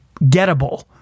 gettable